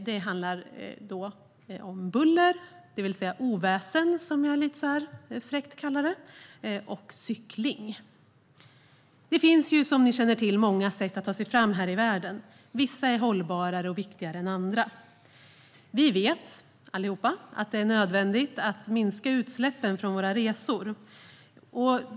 Det handlar om buller, det vill säga oväsen, som det har kallats, och cykling. Det finns många sätt att ta sig fram här i världen. Vissa är hållbarare och viktigare än andra. Vi vet allihop att det är nödvändigt att minska utsläppen från våra resor.